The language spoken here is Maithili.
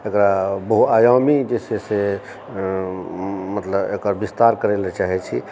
एकरा बहुआयामी जे छै से मतलब एकर बिस्तार करै लए चाहै छी